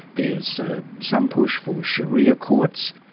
there's ah some push for sharia courts.